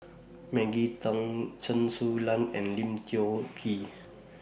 Maggie Teng Chen Su Lan and Lim Tiong Ghee